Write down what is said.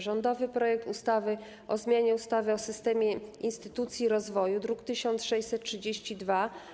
Rządowy projekt ustawy o zmianie ustawy o systemie instytucji rozwoju, druk nr 1632.